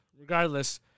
Regardless